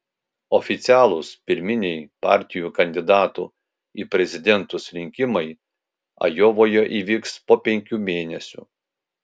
oficialūs pirminiai partijų kandidatų į prezidentus rinkimai ajovoje įvyks po penkių mėnesių